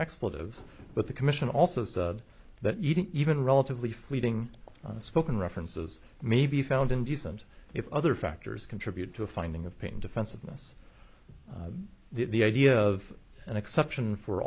expletives but the commission also said that even relatively fleeting spoken references maybe found indecent if other factors contribute to a finding of pain defensiveness the idea of an exception for